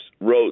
wrote